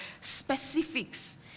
specifics